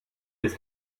his